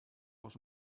was